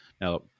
Now